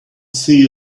see